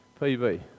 PB